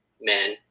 men